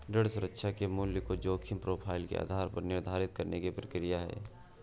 ऋण सुरक्षा के मूल्य को जोखिम प्रोफ़ाइल के आधार पर निर्धारित करने की प्रक्रिया है